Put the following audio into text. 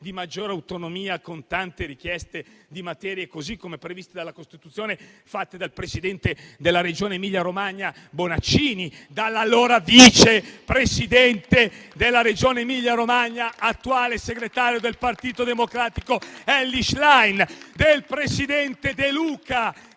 di maggiore autonomia, con tante richieste di materie, così come previste dalla Costituzione, fatte dal presidente della Regione Emilia-Romagna Bonaccini, dall'allora vice presidente della Regione Emilia-Romagna, attuale segretario del Partito Democratico, Elly Schlein, dal presidente De Luca,